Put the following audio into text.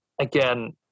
again